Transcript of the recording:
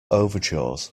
overtures